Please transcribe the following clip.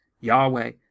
Yahweh